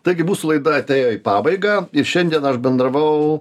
taigi mūsų laida atėjo į pabaigą ir šiandien aš bendravau